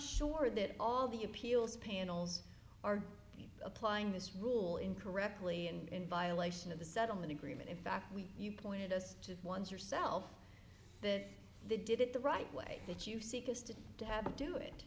sure that all the appeals panels are applying this rule in correctly and in violation of the settlement agreement in fact we you pointed us to once yourself that they did it the right way that you